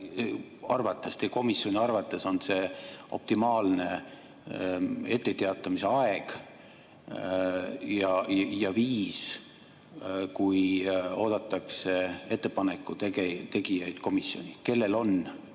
arvates, teie komisjoni arvates on see optimaalne etteteatamise aeg ja viis, kui oodatakse ettepaneku tegijaid komisjoni